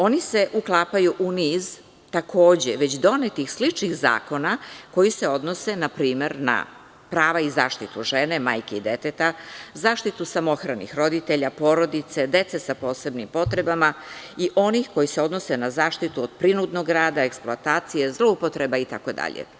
Oni se uklapaju u niz takođe već donetih sličnih zakona koji se odnose, na primer, na prava i zaštitu žene majke i deteta, zaštitu samohranih roditelja, porodice, dece sa posebnim potrebama i onih koji se odnose na zaštitu od prinudnog rada, eksploatacije, zloupotreba itd.